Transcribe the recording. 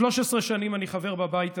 13 שנים אני חבר בבית הזה.